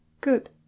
Good